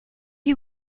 you